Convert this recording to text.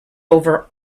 over